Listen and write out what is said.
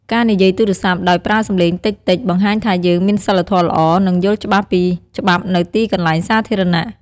ការនិយាយទូរស័ព្ទដោយប្រើសំឡេងតិចៗ បង្ហាញថាយើងមានសីលធម៌ល្អ និងយល់ច្បាស់ពីច្បាប់នៅទីកន្លែងសាធារណៈ។